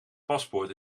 paspoort